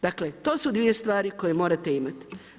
Dakle to su dvije stvari koje morate imati.